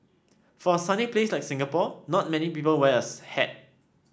for a sunny place like Singapore not many people wears hat